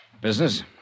Business